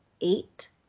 eight